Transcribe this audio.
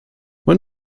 when